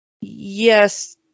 Yes